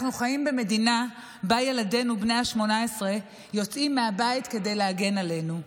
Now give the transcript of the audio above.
אנחנו חיים במדינה שבה ילדינו בני ה-18 יוצאים מהבית כדי להגן עלינו.